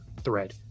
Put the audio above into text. thread